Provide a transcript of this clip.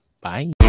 Bye